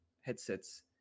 headsets